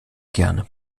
gerne